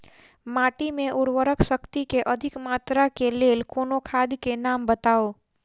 माटि मे उर्वरक शक्ति केँ अधिक मात्रा केँ लेल कोनो खाद केँ नाम बताऊ?